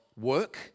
work